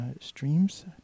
Streams